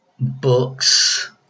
Books